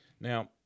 Now